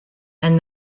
and